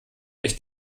echt